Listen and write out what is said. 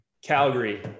Calgary